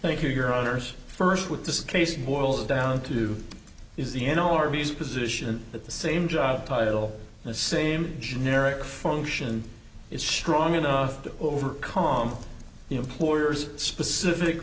thank you your honor's first with this case boils down to is the n o r b's position at the same job title in the same generic function is strong enough to overcome the employer's specific